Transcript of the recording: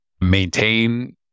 maintain